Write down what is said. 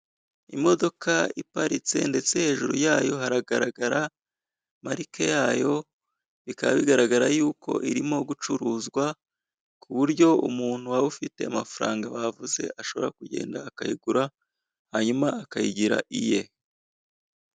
Imodoka iparitse ndetse hejuru yayo haragaragara marike yayo, bikaba bigaragara yuko irimo gucuruzwa ku buryo umuntu waba ufite amafaranga bavuze, ashobora kugenda akayigura hanyuma akayigira iye.